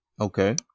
Okay